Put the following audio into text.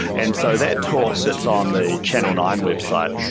and so that talk that's on the channel nine website,